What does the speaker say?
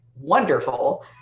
wonderful